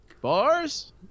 bars